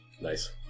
Nice